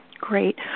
Great